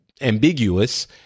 ambiguous